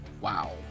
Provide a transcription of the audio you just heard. Wow